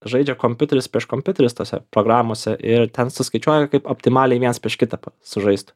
žaidžia kompiuteris prieš kompiuterius tose programose ir ten suskaičiuoja kaip optimaliai viens prieš kitą sužaist